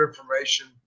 information